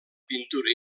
pintura